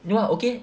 you know what okay